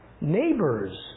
neighbor's